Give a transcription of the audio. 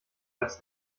als